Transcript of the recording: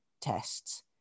tests